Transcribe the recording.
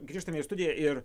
grįžtame į studiją ir